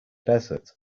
desert